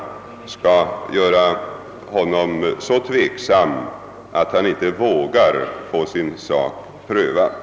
Om vederbörande riskerar att drabbas av sådana kostnader kan han ju bli så tveksam att han inte vågar låta sin sak gå till prövning.